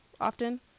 often